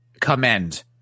commend